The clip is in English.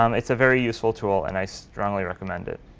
um it's a very useful tool, and i strongly recommend it.